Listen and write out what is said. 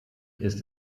ist